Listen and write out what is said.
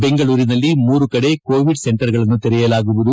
ಬೆಂಗಳೂರಿನಲ್ಲಿ ಮೂರು ಕಡೆ ಕೋವಿಡ್ ಸೆಂಟರ್ಗಳನ್ನು ತೆರೆಯಲಾಗುವುದು